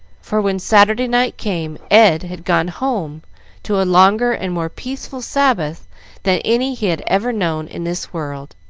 for when saturday night came, ed had gone home to a longer and more peaceful sabbath than any he had ever known in this world.